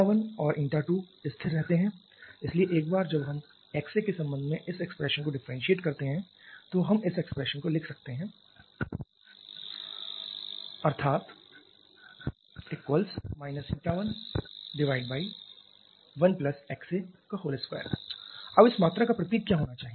η1 और η2 स्थिर रहते हैं इसलिए एक बार जब हम xA के संबंध में इस expression को differentiate करते हैं तो हम इस expression को लिख सकते हैं ddxACC 11xA 2 अर्थात 11xA2 अब इस मात्रा का प्रतीक क्या होना चाहिए